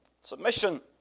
Submission